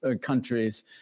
countries